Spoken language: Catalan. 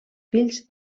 fills